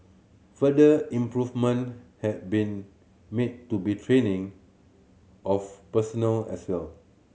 further improvement have been made to be training of personnel as well